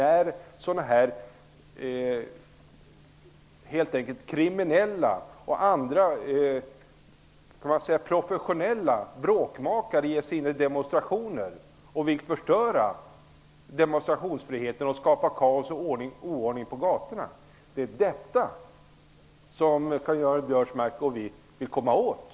Vi syftar på kriminella och professionella bråkmakare som ger sig in i demonstrationer för att förstöra och skapa kaos och oordning på gatorna. Det är detta som Karl-Göran Biörsmark och vi vill komma åt.